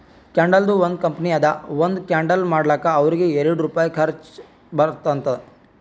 ಕ್ಯಾಂಡಲ್ದು ಒಂದ್ ಕಂಪನಿ ಅದಾ ಒಂದ್ ಕ್ಯಾಂಡಲ್ ಮಾಡ್ಲಕ್ ಅವ್ರಿಗ ಎರಡು ರುಪಾಯಿ ಖರ್ಚಾ ಬರ್ತುದ್ ಅಂತ್